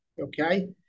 Okay